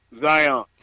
Zion